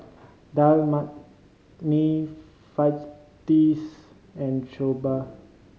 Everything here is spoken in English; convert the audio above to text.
Dal Makhani Fajitas and Soba